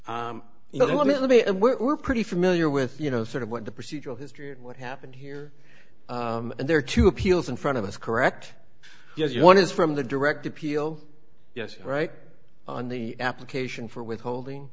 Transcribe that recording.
and we're pretty familiar with you know sort of what the procedural history of what happened here and there are two appeals in front of us correct yes one is from the direct appeal yes right on the application for withholding